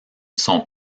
son